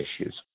issues